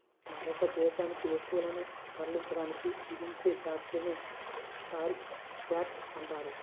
మరొక దేశానికి వస్తువులను తరలించడానికి విధించే ఛార్జీలనే టారిఫ్ ట్యాక్స్ అంటారు